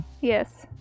Yes